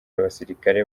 abasirikare